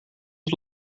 het